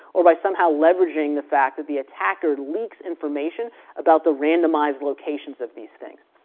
or by somehow leveraging the fact that the attacker leaks information about the randomized locations of these things.